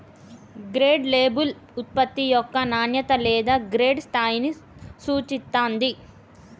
grade label ఉత్పత్తి యొక్క నాణ్యత లేదా గ్రేడ్ స్థాయిని సూచిత్తాంది